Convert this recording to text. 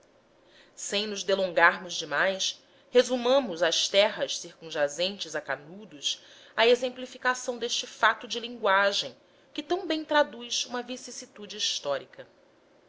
sem nos delongarmos demais resumamos às terras circunjacentes a canudos a exemplificação deste fato de linguagem que tão bem traduz uma vicissitude histórica